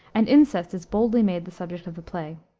and incest is boldly made the subject of the play.